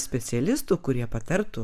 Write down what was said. specialistų kurie patartų